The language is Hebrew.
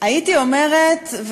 הייתי אומרת,